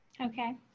Okay